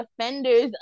offenders